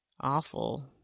awful